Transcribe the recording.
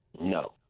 No